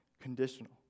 conditional